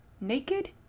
Naked